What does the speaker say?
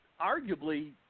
arguably